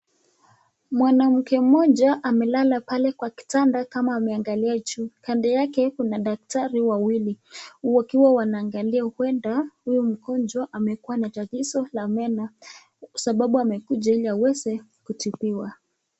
Mwanamke mmoja amelala pale kwa kitanda kama ameangalia juu, kando yake kuna daktari wawili ,wakiwa wanaangalia huenda huyu mgonjwa amekuwa na tatizo la meno sababu amekuja ili aweze kutibiwa.